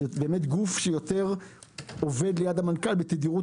זה גוף שבאמת עובד יותר ליד המנכ"ל בתדירות